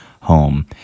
Home